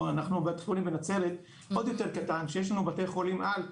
אנחנו בית חולים בנצרת עוד יותר קטן שיש לנו בתי חולים על,